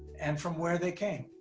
and from where they came.